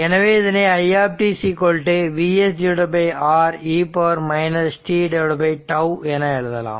எனவே இதனை i Vs R e t τ என எழுதலாம்